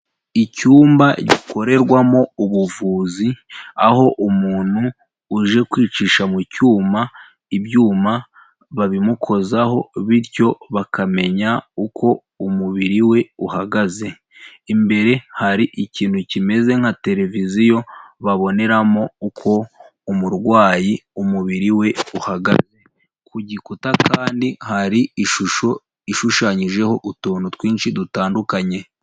Icyumba gikorerwamo ubuvuzi, aho umuntu uje kwicisha mu cyuma, ibyuma babimukozaho bityo bakamenya uko umubiri we uhagaze, imbere hari ikintu kimeze nka televiziyo, baboneramo uko umurwayi umubiri we uhagaze, ku gikuta kandi hari ishusho ishushanyijeho utuntu twinshi dutandukanye.